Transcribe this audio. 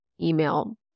email